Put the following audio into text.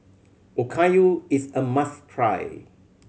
okayu is a must try